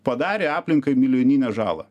padarė aplinkai milijoninę žalą